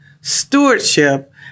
stewardship